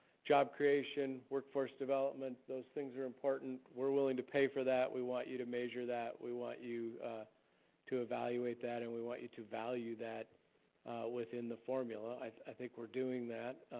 job creation, workforce development, those things are important. we're willing to pay for that, we want you to measure that, we want you to evaluate that and we want you to value that within the formula. i think we're doing that.